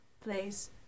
place